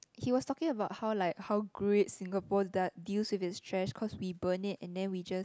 he was talking about how like how great Singapore da~ deals with its trash because we just burn it and then we just